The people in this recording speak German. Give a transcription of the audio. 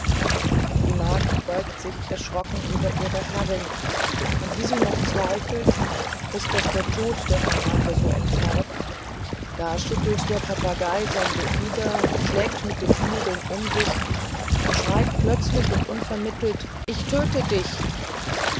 die magd beugt sich erschrocken über ihre herrin und wie sie noch zweifelt ist das der tod der hanake so entfärbt da schüttelt der papagei sein gefieder schlägt mit den flügeln um sich und schreit plötzlich und unvermittelt ich töte dich